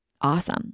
awesome